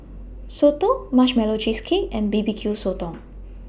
Soto Marshmallow Cheesecake and B B Q Sotong